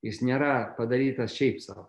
jis nėra padarytas šiaip sau